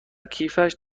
کیفش